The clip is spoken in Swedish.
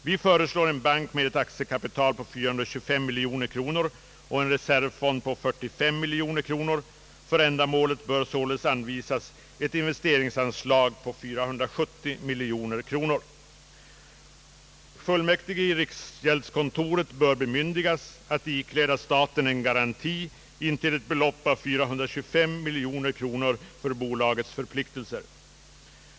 Vi föreslår en bank med ett aktiekapital på 4253 miljoner kronor och en reservfond på 45 miljoner kronor. För ändamålet bör således anvisas ett investeringsanslag på 470 miljoner kronor. Fullmäktige i riksgäldskontoret bör bemyndigas att ikläda staten en garanti intill ett belopp av 425 miljoner kronor för bolagets förpliktelser.